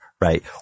right